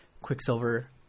Quicksilver